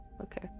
okay